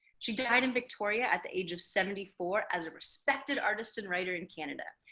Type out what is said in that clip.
she died in victoria at the age of seventy four, as a respected artist and writer in canada.